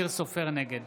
נגד